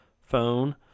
phone